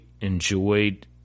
enjoyed –